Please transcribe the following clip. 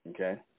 Okay